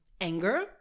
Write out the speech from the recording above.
Anger